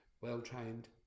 well-trained